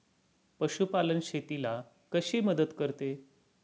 पशुपालन शेतीला कशी मदत करते?